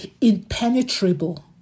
impenetrable